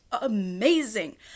amazing